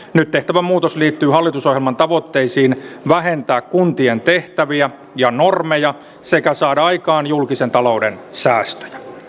nyt tehtävä muutos liittyy hallitusohjelman tavoitteisiin vähentää kuntien tehtäviä ja normeja sekä saada aikaan julkisen talouden säästöjä